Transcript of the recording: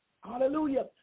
Hallelujah